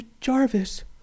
Jarvis